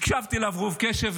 הקשבתי לה ברוב קשב,